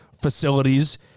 facilities